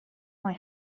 mae